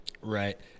right